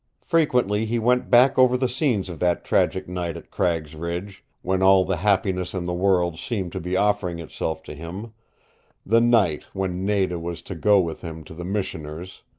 frequently he went back over the scenes of that tragic night at cragg's ridge when all the happiness in the world seemed to be offering itself to him the night when nada was to go with him to the missioner's,